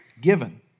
given